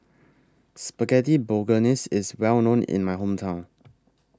Spaghetti Bolognese IS Well known in My Hometown